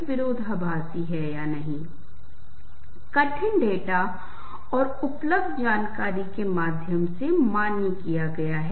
वास्तव में मैंने दर्शकों पर दर्शकों के विभिन्न समूहों के समूहों पर और मैंने पहचान लिया है कि ये सबसे लोकप्रिय हैं ये सबसे प्रभावी हैं इन लोगों की विस्तृत श्रृंखला और उनकी पसंद नापसंद और इसलिए ये सफल होंगे